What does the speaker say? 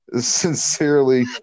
Sincerely